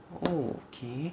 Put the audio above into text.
okay